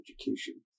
education